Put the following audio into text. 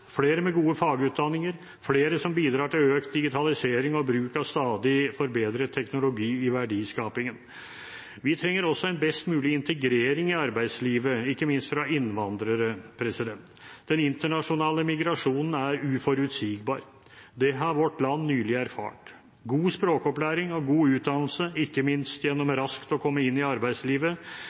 flere med gode fagutdanninger, flere som bidrar til økt digitalisering og bruk av stadig forbedret teknologi i verdiskapingen. Vi trenger også en best mulig integrering i arbeidslivet, ikke minst av innvandrere. Den internasjonale migrasjonen er uforutsigbar. Det har vårt land nylig erfart. God språkopplæring og god utdannelse, ikke minst gjennom raskt å komme inn i arbeidslivet,